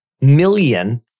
million